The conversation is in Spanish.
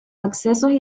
accesos